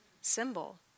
symbol